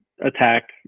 attack